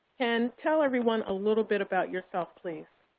ken, tell everyone a little bit about yourself, please.